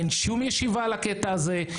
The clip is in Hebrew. אין שום ישיבה על הקטע הזה.